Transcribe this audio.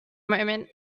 moment